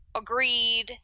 agreed